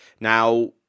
Now